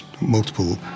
multiple